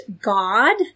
God